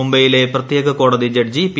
മുംബൈയിലെ പ്രത്യേക കോടതി ജഡ്ജി പി